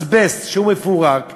אזבסט, כשהוא מפורק ושבור,